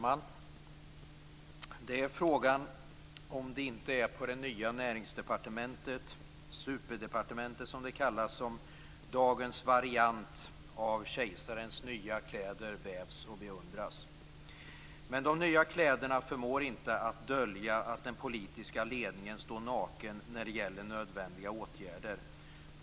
Fru talman! Frågan är om det inte är på det nya Näringsdepartementet, det s.k. superdepartementet, som dagens variant av kejsarens nya kläder vävs och beundras. Men de nya kläderna förmår inte dölja att den politiska ledningen står naken när det gäller nödvändiga åtgärder.